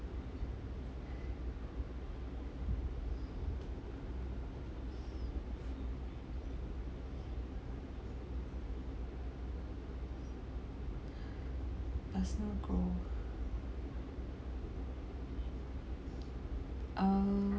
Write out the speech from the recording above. personal growth err